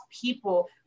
people